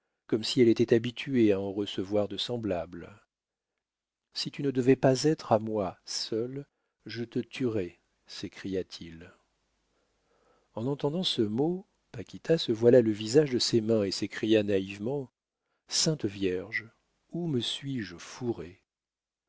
comme si elle était habituée à en recevoir de semblables si tu ne devais pas être à moi seul je te tuerais s'écria-t-il en entendant ce mot paquita se voila le visage de ses mains et s'écria naïvement sainte vierge où me suis-je fourrée